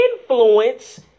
influence